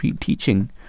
teaching